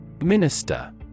Minister